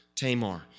Tamar